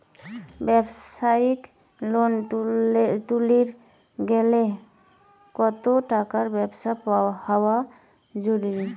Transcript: ব্যবসায়িক লোন তুলির গেলে কতো টাকার ব্যবসা হওয়া জরুরি?